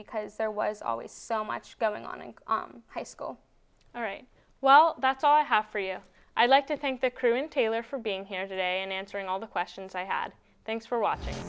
because there was always so much going on in high school all right well that's all i have for you i'd like to thank the crew in taylor for being here today and answering all the questions i had thanks for watching